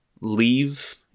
leave